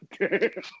Okay